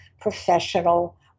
professional